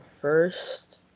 first